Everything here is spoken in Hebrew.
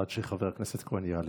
עד שחבר הכנסת כהן יעלה.